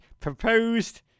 proposed